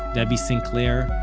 debbie sinclair,